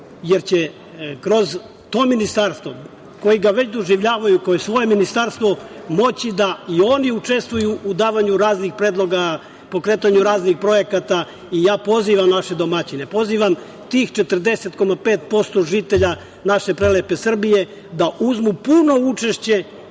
jer će kroz to ministarstvo koje ga već doživljavaju kao svoje ministarstvo moći da i oni učestvuju u davanju raznih predloga, pokretanju raznih projekata. Ja pozivam naše domaćine, pozivam tih 40,5% žitelja naše prelepe Srbije da uzmu puno učešće